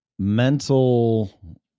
Mental